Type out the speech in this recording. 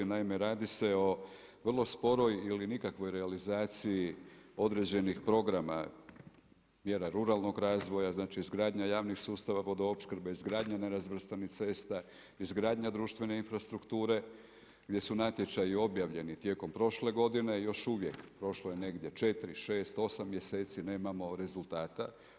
Naime, radi se o vrlo sporoj ili nikakvoj realizaciji određenih programa mjera ruralnog razvoja, znači izgradnja javnih sustava vodoopskrbe, izgradnja nerazvrstanih cesta, izgradnja društvene infrastrukture gdje su natječaji objavljeni tijekom prošle godine i još uvijek, prošlo je negdje 4, 6, 8 mjeseci nemamo rezultata.